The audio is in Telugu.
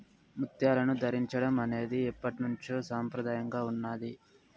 ముత్యాలను ధరించడం అనేది ఎప్పట్నుంచో సంప్రదాయంగా ఉన్నాది